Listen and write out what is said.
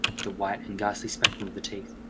the white and ghastly spectrum of the teeth.